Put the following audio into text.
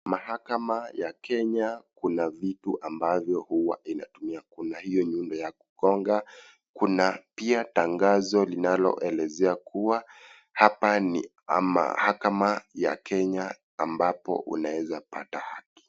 Mahakama ya Kenya kuna vitu ambavyo huwa itatumia kuna hiyo nyundo ya kugonga kuna pia tangazo linaloelezea kuwa hapa ni mahakama ya Kenya ambapo unaweza pata haki.